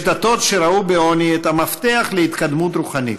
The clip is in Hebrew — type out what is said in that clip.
יש דתות שראו בעוני את המפתח להתקדמות רוחנית.